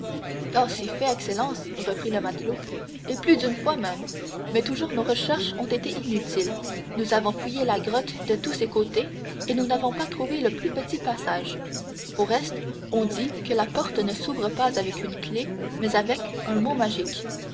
si fait excellence reprit le matelot et plus d'une fois même mais toujours nos recherches ont été inutiles nous avons fouillé la grotte de tous côtés et nous n'avons pas trouvé le plus petit passage au reste on dit que la porte ne s'ouvre pas avec une clef mais avec un mot magique